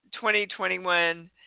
2021